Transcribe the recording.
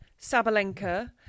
Sabalenka